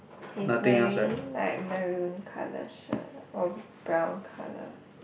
he's wearing like maroon colour shirt or brown colour